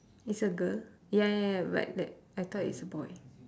is a girl ya ya ya but that I thought it's a boy